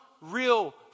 real